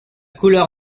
couleur